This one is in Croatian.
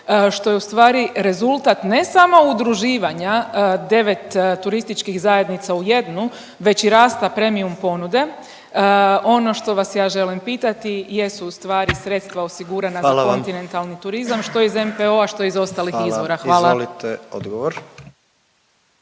što je ustvari rezultat ne samo udruživanja 9 turističkih zajednica u jednu, već i rasta premium ponude. Ono što vas ja želim pitati jesu ustvari sredstva osigurana … .../Upadica: Hvala vam./... za kontinentalni turizma, što iz NPOO-a, što iz ostalih izvora. .../Upadica: